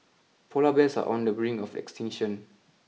polar bears are on the brink of extinction